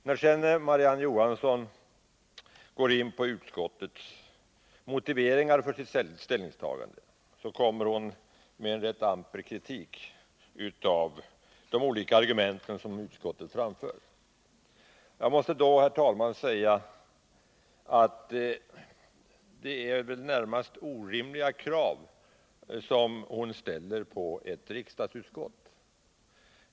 När sedan Marie-Ann Johansson går in på utskottets motivering för sitt ställningstagande, kommer hon med rätt amper kritik mot de olika argument utskottet framfört. Jag måste då, herr talman, säga att det är väl närmast orimliga krav hon ställer på ett riksdagsutskott.